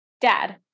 Dad